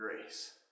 grace